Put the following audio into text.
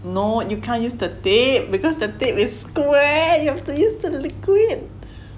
no you can't use the tape because the tape is square you have to use the liquid